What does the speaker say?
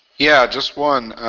yeah, just one,